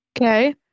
Okay